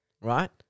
right